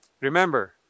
Remember